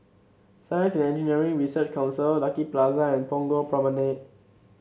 Science Engineering Research Council Lucky Plaza and Punggol Promenade